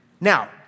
Now